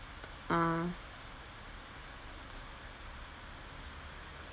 ah